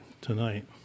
tonight